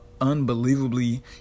unbelievably